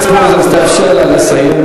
חבר הכנסת מוזס, תאפשר לה לסיים.